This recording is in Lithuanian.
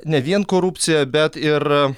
ne vien korupciją bet ir